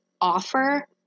offer